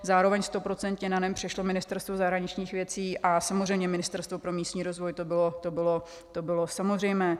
Zároveň stoprocentně na NEN přešlo Ministerstvo zahraničních věcí a samozřejmě Ministerstvo pro místní rozvoj, to bylo samozřejmé.